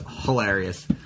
hilarious